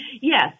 yes